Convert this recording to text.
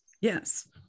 Yes